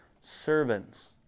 servants